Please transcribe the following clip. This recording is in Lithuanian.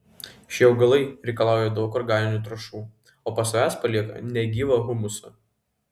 šie augalai reikalauja daug organinių trąšų o po savęs palieka negyvą humusą